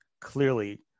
clearly